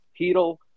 Heedle